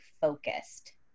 focused